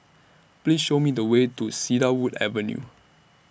Please Show Me The Way to Cedarwood Avenue